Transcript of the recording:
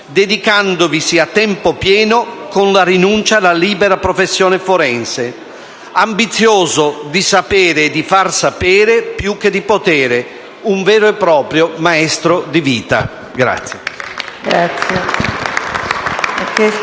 dedicandovisi a tempo pieno con la rinuncia alla libera professione forense. Ambizioso di sapere e di far sapere più che di potere, un vero e proprio maestro di vita.